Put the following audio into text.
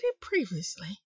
previously